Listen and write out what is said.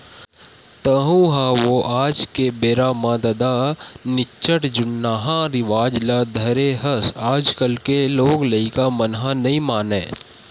तँहू ह ओ आज के बेरा म ददा निच्चट जुन्नाहा रिवाज ल धरे हस आजकल के लोग लइका मन ह नइ मानय